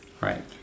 right